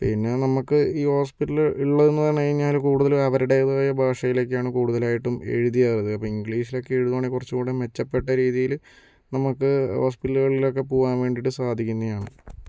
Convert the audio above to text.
പിന്നെ നമുക്ക് ഈ ഹോസ്പിറ്റലിൽ ഉള്ളതെന്ന് പറഞ്ഞു കഴിഞ്ഞാൽ കൂടുതലും അവരുടേതായ ഭാഷയിലേക്കാണ് കൂടുതലായിട്ടും എഴുതിയത് ഇംഗ്ലീഷിലൊക്കെ എഴുതുവാണെങ്കിൽ കുറച്ചുകൂടി മെച്ചപ്പെട്ട രീതിയിൽ നമുക്ക് ഹോസ്പിറ്റലുകളിലൊക്കെ പോകാൻ വേണ്ടിയിട്ട് സാധിക്കുന്നതാണ്